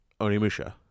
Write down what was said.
Onimusha